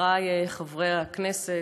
חברי חברי הכנסת,